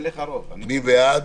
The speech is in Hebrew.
מי בעד?